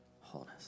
wholeness